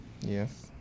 Yes